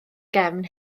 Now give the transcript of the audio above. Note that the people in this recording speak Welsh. gefn